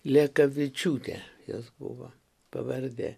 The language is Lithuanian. lekavičiūtė jos buvo pavardė